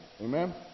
Amen